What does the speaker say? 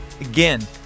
Again